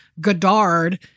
Godard